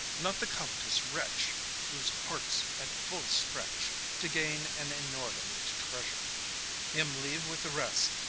not the covetous wretch whose heart's at full stretch to gain an inordinate treasure him leave with the rest,